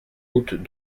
route